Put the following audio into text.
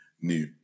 new